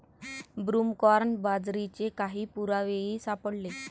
broomcorn बाजरीचे काही पुरावेही सापडले